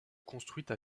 construite